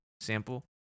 sample